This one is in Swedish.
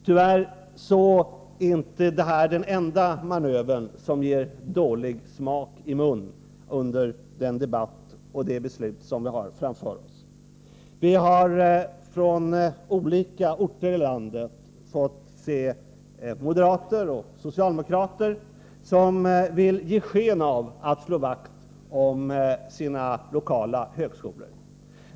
Tyvärr är inte detta den enda manöver som ger dålig smak i munnen under denna debatt. Vi har fått se moderater och socialdemokrater från olika orter i landet, vilka har velat ge sken av att de slår vakt om sina lokala högskolor.